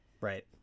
Right